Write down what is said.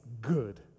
good